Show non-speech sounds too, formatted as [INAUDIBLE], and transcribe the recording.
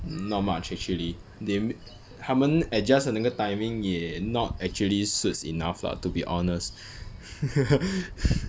not much actually they 他们 adjust 的那个 timing 也 not actually suits enough lah to be honest [LAUGHS]